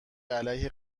علیه